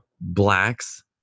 blacks